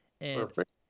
Perfect